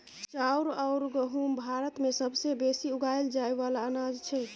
चाउर अउर गहुँम भारत मे सबसे बेसी उगाएल जाए वाला अनाज छै